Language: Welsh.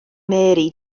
mary